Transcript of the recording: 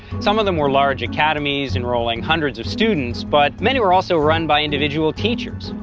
some of them were large academies enrolling hundreds of students, but many were also run by individual teachers.